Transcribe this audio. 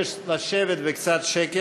לשבת, וקצת שקט.